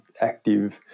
active